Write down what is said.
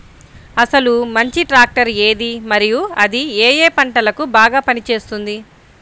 అసలు మంచి ట్రాక్టర్ ఏది మరియు అది ఏ ఏ పంటలకు బాగా పని చేస్తుంది?